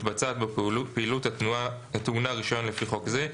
שמתבצעת בו פעילות הטעונה רישיון לפי חוק זה,